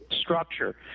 structure